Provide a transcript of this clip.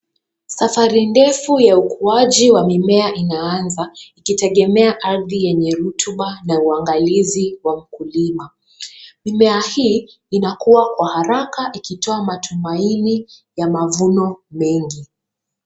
Safari ndefu ya ukuaji wa mimea inaanza, ikitegemea ardhi yenye rutuba na uangalizi wa mkulima. Mimea hii inakuwa kwa haraka ikitoa matumaini ya mavuno mengi.